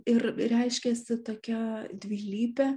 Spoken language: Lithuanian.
ir reiškiasi tokia dvilype